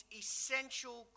essential